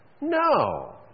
No